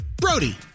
Brody